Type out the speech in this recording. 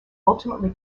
ultimately